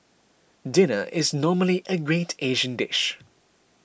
dinner is normally a great Asian dish